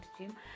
gym